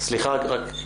אנשים סבורים --- גברתי,